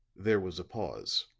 there was a pause